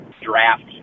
draft